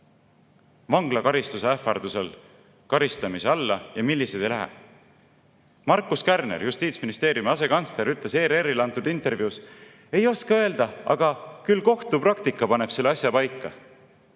vanglakaristuse ähvardusel karistamise alla ja millised ei lähe. Markus Kärner, Justiitsministeeriumi asekantsler, ütles ERR‑ile antud intervjuus, et ei oska öelda, aga küll kohtupraktika paneb selle asja paika.